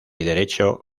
derecho